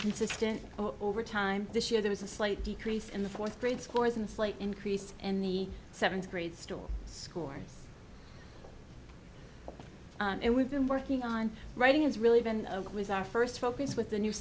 consistent over time this year there was a slight decrease in the fourth grade scores in a slight increase in the seventh grade store scores it we've been working on writing has really been a was our first focus with the new